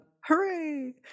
Hooray